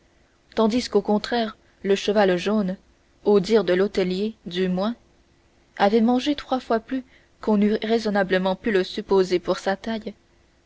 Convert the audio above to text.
tandis qu'au contraire le cheval jaune au dire de l'hôtelier du moins avait mangé trois fois plus qu'on n'eût raisonnablement pu le supposer pour sa taille